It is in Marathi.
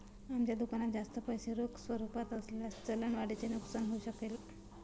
आमच्या दुकानात जास्त पैसे रोख स्वरूपात असल्यास चलन वाढीचे नुकसान होऊ शकेल